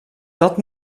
dat